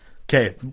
Okay